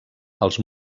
els